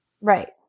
Right